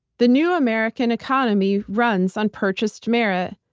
the new american economy runs on purchased merit,